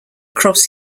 cross